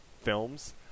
films